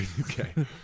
Okay